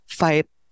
fight